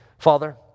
Father